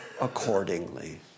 accordingly